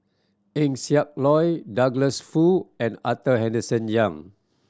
Eng Siak Loy Douglas Foo and Arthur Henderson Young